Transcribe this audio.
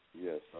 Yes